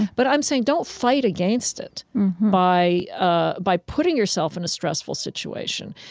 but i'm saying don't fight against it by ah by putting yourself in a stressful situation.